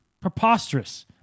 preposterous